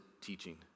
teaching